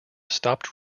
stopped